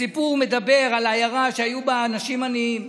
הסיפור מדבר על עיירה שהיו בה אנשים עניים.